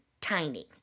Tiny